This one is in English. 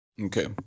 Okay